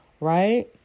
Right